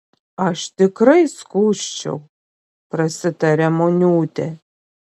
aš tikrai skųsčiau prasitarė muniūtė